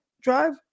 drive